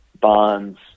bonds